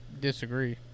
disagree